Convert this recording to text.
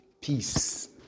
peace